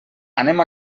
anem